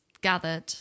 gathered